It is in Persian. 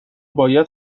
باید